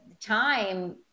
time